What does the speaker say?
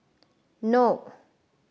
नौ